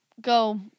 Go